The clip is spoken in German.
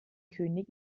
könig